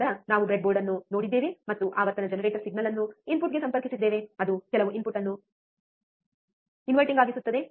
ನಂತರ ನಾವು ಬ್ರೆಡ್ಬೋರ್ಡ್ ಅನ್ನು ನೋಡಿದ್ದೇವೆ ಮತ್ತು ಆವರ್ತನ ಜನರೇಟರ್ ಸಿಗ್ನಲ್ ಅನ್ನು ಇನ್ಪುಟ್ಗೆ ಸಂಪರ್ಕಿಸಿದ್ದೇವೆ ಅದು ಕೆಲವು ಇನ್ಪುಟ್ ಅನ್ನು ಇನ್ವರ್ಟಿಂಗ್ ಹಾಗಿಸುತ್ತದೆ